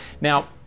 Now